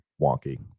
wonky